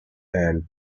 and